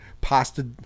pasta